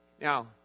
Now